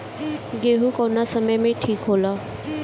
गेहू कौना समय मे ठिक होला?